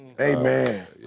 Amen